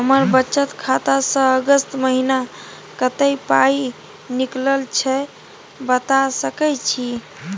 हमर बचत खाता स अगस्त महीना कत्ते पाई निकलल छै बता सके छि?